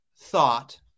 thought